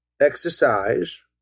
exercise